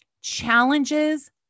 Challenges